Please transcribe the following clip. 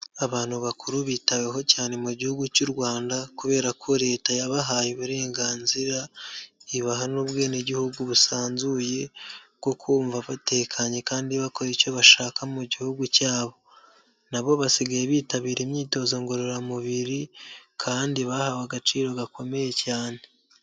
Abantu bakuru bitaweho cyane mu gihugu cy'u Rwanda kubera ko leta yabahaye uburenganzira, ibaha n'ubwenegihugu busanzuye bwo kumva batekanye kandi bakora icyo bashaka mu gihugu cyabo, na bo basigaye bitabira imyitozo ngororamubiri kandi bahawe agaciro gakomeye cyane.